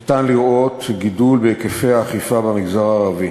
ניתן לראות גידול בהיקפי האכיפה במגזר הערבי: